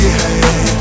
hey